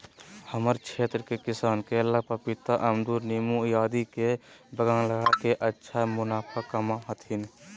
हमरा क्षेत्र के किसान केला, पपीता, अमरूद नींबू आदि के बागान लगा के अच्छा मुनाफा कमा हथीन